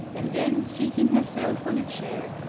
and then, seating herself on a chair,